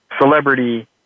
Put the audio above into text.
celebrity